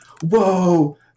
whoa